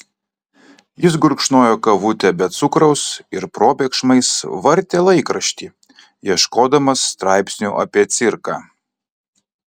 jis gurkšnojo kavutę be cukraus ir probėgšmais vartė laikraštį ieškodamas straipsnių apie cirką